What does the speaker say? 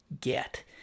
get